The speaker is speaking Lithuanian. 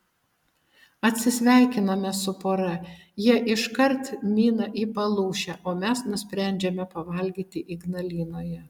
atsisveikiname su pora jie iškart mina į palūšę o mes nusprendžiame pavalgyti ignalinoje